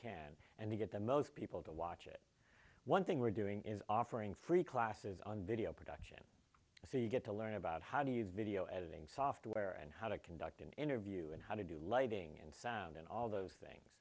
can and get the most people to watch it one thing we're doing is offering free classes on video production so you get to learn about how do you video editing software and how to conduct an interview and how to do lighting and sound and all those things